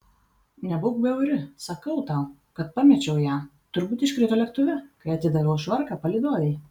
nebūk bjauri sakau tau kad pamečiau ją turbūt iškrito lėktuve kai atidaviau švarką palydovei